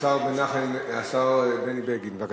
השר מנחם, השר בני בגין, בבקשה.